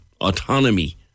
autonomy